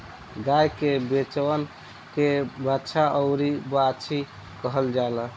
गाय के बचवन के बाछा अउरी बाछी कहल जाला